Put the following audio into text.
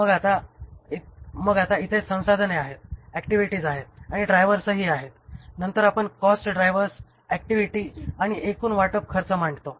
मग आता इथे संसाधने आहेत ऍक्टिव्हिटीज आहेत आणि ड्रायव्हर्सही आहेत नंतर आपण कॉस्ट ड्रायव्हर्स ऍक्टिव्हिटी आणि एकूण वाटप खर्च मांडतो